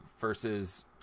versus